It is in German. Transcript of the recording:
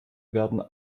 werden